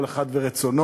כל אחד ורצונו,